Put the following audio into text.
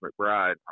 McBride